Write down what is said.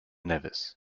nevis